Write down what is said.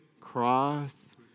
cross